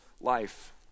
life